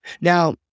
Now